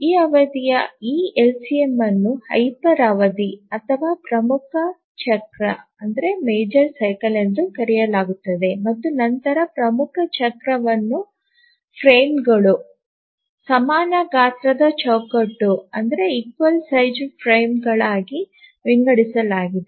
ಈ ಅವಧಿಯ ಈ LCM ಅನ್ನು ಹೈಪರ್ ಅವಧಿ ಅಥವಾ ಪ್ರಮುಖ ಚಕ್ರ ಎಂದು ಕರೆಯಲಾಗುತ್ತದೆ ಮತ್ತು ನಂತರ ಪ್ರಮುಖ ಚಕ್ರವನ್ನು ಚೌಕಟ್ಟುಗಳು ಸಮಾನ ಗಾತ್ರದ ಚೌಕಟ್ಟುಗಳಾಗಿ ವಿಂಗಡಿಸಲಾಗಿದೆ